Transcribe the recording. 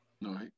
No